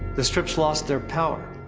the strips lost their power.